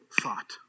thought